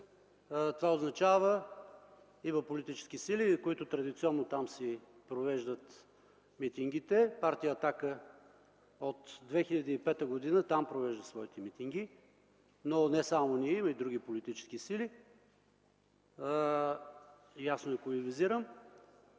въвежда, има политически сили, които традиционно там си провеждат митингите, Партия „Атака” от 2005 г. там провежда своите митинги, но не само ние, има и други политически сили, ясно е кои визирам,